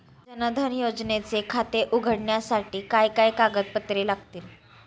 जनधन योजनेचे खाते उघडण्यासाठी काय काय कागदपत्रे लागतील?